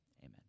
Amen